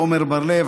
עמר בר-לב,